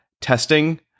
testing